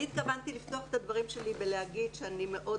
אני התכוונתי לפתוח את הדברים שלי ולומר שאני מאוד